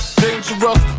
dangerous